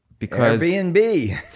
Airbnb